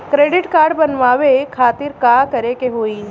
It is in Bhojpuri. क्रेडिट कार्ड बनवावे खातिर का करे के होई?